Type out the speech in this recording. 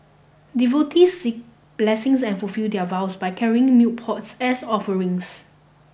devotees seek blessings and fulfil their vows by carrying milk pots as offerings